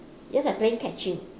just like playing catching